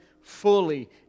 fully